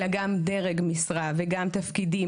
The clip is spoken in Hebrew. אלא גם דרג משרה וגם תפקידים,